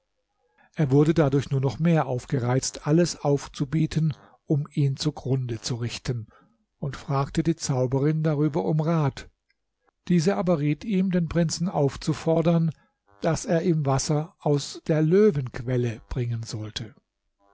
er wurde dadurch nur noch mehr aufgereizt alles aufzubieten um ihn zugrunde zu richten und fragte die zauberin darüber um rat diese aber riet ihm den prinzen aufzufordern daß er ihm wasser aus der löwenquelle bringen sollte